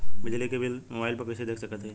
बिजली क bill mobile पर कईसे देख सकत हई?